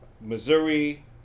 Missouri